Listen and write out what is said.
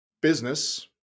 business